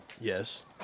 Yes